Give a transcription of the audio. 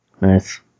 Nice